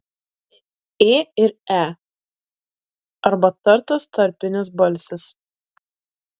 ė ir e arba tartas tarpinis balsis